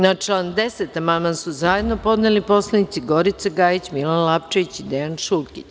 Na član 10. amandman su zajedno podneli poslanici Gorica Gajić, Milan Lapčević i Dejan Šulkić.